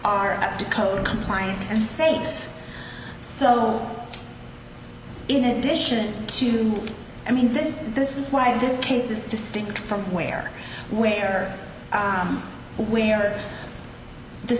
are up to code compliant and safe so in addition to i mean this is this is why this case is distinct from where where where the